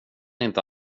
inte